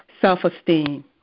self-esteem